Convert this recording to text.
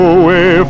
away